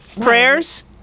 Prayers